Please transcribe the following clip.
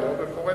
היא מאוד מפורטת.